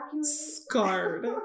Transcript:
Scarred